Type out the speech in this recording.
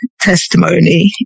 testimony